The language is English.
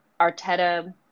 Arteta